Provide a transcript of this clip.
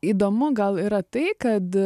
įdomu gal yra tai kad